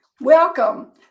Welcome